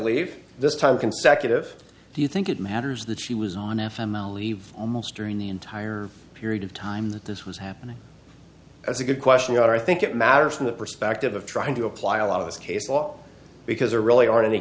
leave this time consecutive do you think it matters that she was on f m our leave almost during the entire period of time that this was happening as a good question i think it mattered from the perspective of trying to apply a lot of this case law because there really aren't any